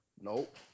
Nope